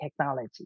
technology